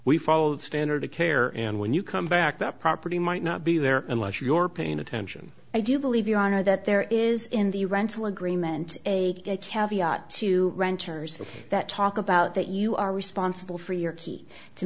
we follow the standard of care and when you come back that property might not be there unless your paying attention i do believe your honor that there is in the rental agreement a cab to renters that talk about that you are responsible for